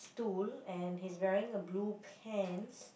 tool and he's wearing a blue pants